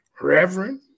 reverend